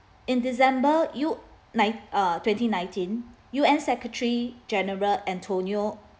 in december U nine~ uh twenty nineteen U_N secretary general antonio